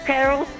Carol